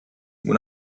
when